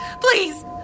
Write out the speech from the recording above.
please